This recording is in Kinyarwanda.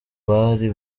abari